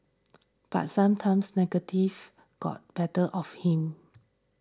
but sometimes negativity got better of him